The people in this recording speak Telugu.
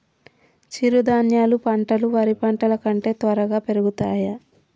చిరుధాన్యాలు పంటలు వరి పంటలు కంటే త్వరగా పెరుగుతయా?